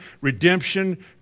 redemption